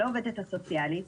לעובדת הסוציאלית,